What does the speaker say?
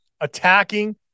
Attacking